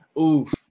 Oof